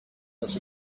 such